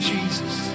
Jesus